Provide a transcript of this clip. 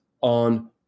on